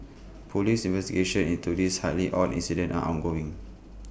Police investigations into this highly odd incident are ongoing